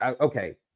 Okay